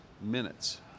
minutes